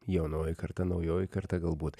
jaunoji karta naujoji karta galbūt